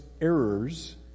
errors